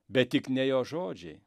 bet tik ne jo žodžiai